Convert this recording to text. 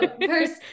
first